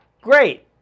Great